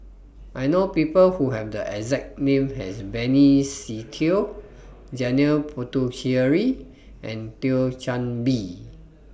I know People Who Have The exact name as Benny Se Teo Janil Puthucheary and Thio Chan Bee